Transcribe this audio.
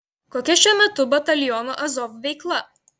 kokia šiuo metu bataliono azov veikla